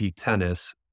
Tennis